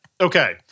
Okay